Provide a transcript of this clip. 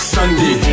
Sunday